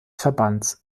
verbands